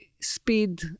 speed